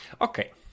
Okay